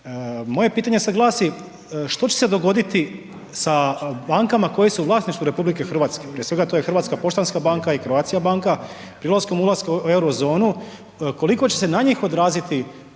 Moje pitanje sad glasi, što će se dogoditi sa bankama koje su u vlasništvu RH, prije svega to je HPB i Croatia banka, prilikom ulaska u eurozonu, koliko će se na njih odraziti